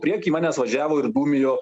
prieky manęs važiavo ir dūmijo